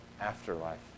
afterlife